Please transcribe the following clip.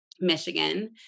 Michigan